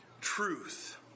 truth